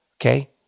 Okay